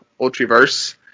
ultraverse